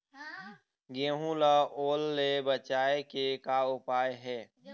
गेहूं ला ओल ले बचाए के का उपाय हे?